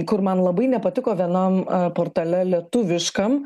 kur man labai nepatiko vienam portale lietuviškam